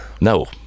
No